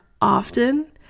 often